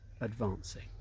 advancing